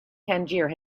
tangier